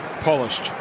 polished